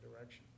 direction